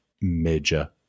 major